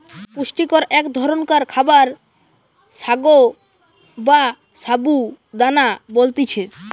পুষ্টিকর এক ধরণকার খাবার সাগো বা সাবু দানা বলতিছে